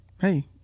Hey